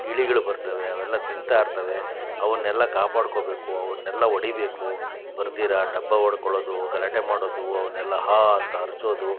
ಗಿಳಿಗಳು ಬರ್ತವೆ ಅವೆಲ್ಲ ತಿಂತಾ ಇರ್ತವೆ ಅವನ್ನೆಲ್ಲ ಕಾಪಾಡ್ಕೋಬೇಕು ಅವನ್ನೆಲ್ಲ ಹೊಡಿಬೇಕು ಬರ್ದಿರೆ ಡಬ್ಬ ಹೊಡ್ಕೊಳ್ಳೋದು ಗಲಾಟೆ ಮಾಡೋದು ಅವನ್ನೆಲ್ಲ ಹಾ ಅಂತ ಅರಚೋದು